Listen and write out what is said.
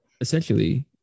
essentially